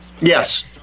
Yes